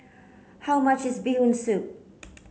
how much is bee Hoon soup